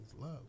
love